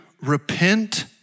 repent